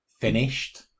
finished